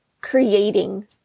creating